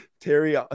terry